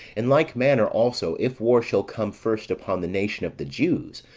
in like manner also if war shall come first upon the nation of the jews,